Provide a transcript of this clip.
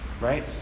Right